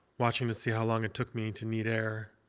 watching to see how long it took me to need air.